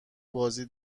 بازی